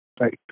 right